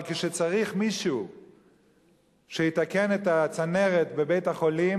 אבל כשצריך מישהו שיתקן את הצנרת בבית-החולים,